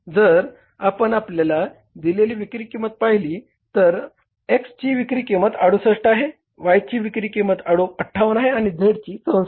जर आपण आपल्याला दिलेली विक्री किंमत पाहिली तर X ची विक्री किंमत 68 आहे Y ची 58 आहे आणि Z ची 64 आहे